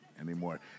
anymore